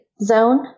zone